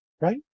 right